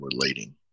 relating